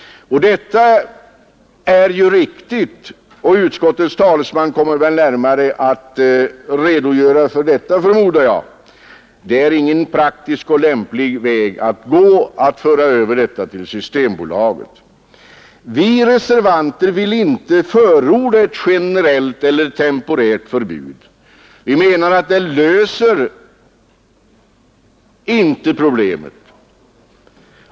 Detta är ju också riktigt. Utskottets talesman kommer väl här att närmare redogöra för den saken, förmodar jag. Det är ingen praktisk och lämplig väg att gå att helt föra över den försäljningen till systembolaget. Vi reservanter vill inte förorda ett generellt eller temporärt förbud. Vi menar att det inte löser problemen.